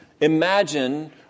imagine